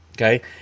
Okay